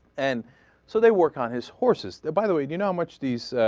and so they work on his horse is the by the way you know much these